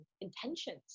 intentions